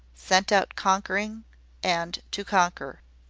sent out conquering and to conquer.